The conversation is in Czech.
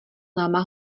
náma